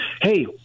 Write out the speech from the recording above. hey